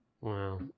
Wow